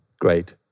great